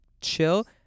chill